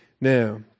Now